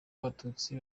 abatutsi